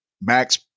Max